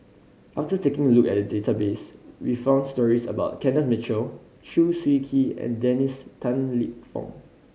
after taking a look at the database we found stories about Kenneth Mitchell Chew Swee Kee and Dennis Tan Lip Fong